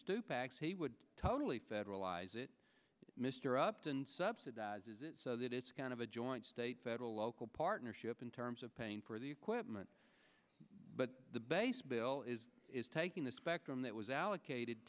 stupak would totally federalize it mr upton subsidizes it so that it's kind of a joint state federal local partnership in terms of paying for the equipment but the base bill is is taking the spectrum that was allocated